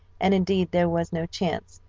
and indeed there was no chance,